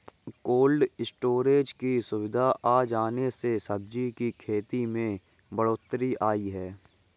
cold storage की सुविधा आ जाने से सब्जी की खेती में बढ़ोत्तरी आई है